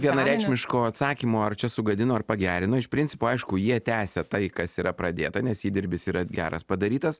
vienareikšmiško atsakymo ar čia sugadino ar pagerino iš principo aišku jie tęsia tai kas yra pradėta nes įdirbis yra geras padarytas